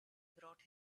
brought